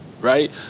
right